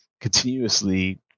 continuously